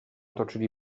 toczyli